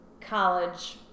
college